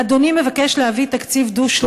אדוני מבקש להביא תקציב דו-שנתי.